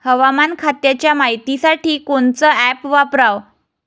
हवामान खात्याच्या मायतीसाठी कोनचं ॲप वापराव?